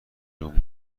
روم